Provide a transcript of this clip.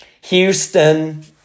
Houston